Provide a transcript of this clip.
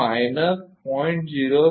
તે માઈનસ 0